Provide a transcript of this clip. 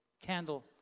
candle